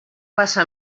passa